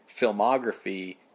filmography